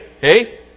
Hey